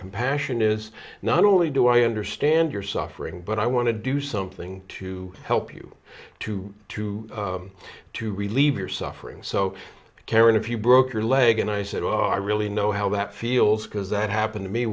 compassion is not only do i understand your suffering but i want to do something to help you to to to relieve your suffering so karen if you broke your leg and i said are really know how that feels because that happened to me